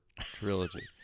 trilogy